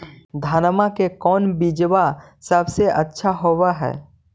धनमा के कौन बिजबा सबसे अच्छा होव है?